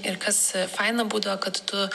ir kas faina būdavo kad tu